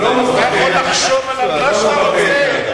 אתה יכול לחשוב עליו מה שאתה רוצה,